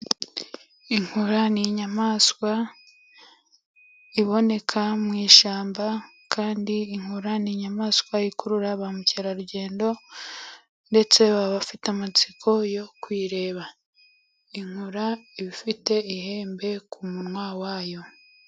Inkura ni inyamaswa iboneka mu ishyamba, kandi inkura ni inyamaswa ikurura ba mukerarugendo, ndetse baba bafite amatsiko yo kuyireba, inkura iba ifite ihembe ku munwa wayo.